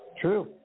True